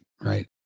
Right